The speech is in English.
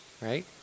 right